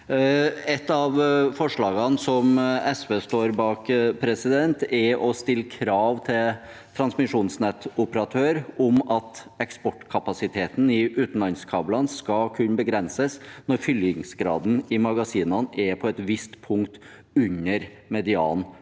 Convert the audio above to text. Ett av forslagene, som SV er med på, er å be regjeringen «stille krav til transmisjonsnettoperatør om at eksportkapasitet i utenlandskablene skal kunne begrenses når fyllingsgraden i magasinene er på et visst punkt under median for